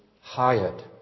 hired